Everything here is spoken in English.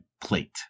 plate